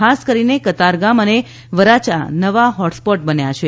ખાસ કરીને કતારગામ અને વરાછા નવા હોટસ્પોટ બન્યા છે